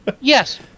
Yes